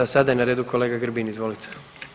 Sada je na redu kolega Grbin, izvolite.